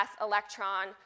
electron